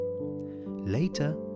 Later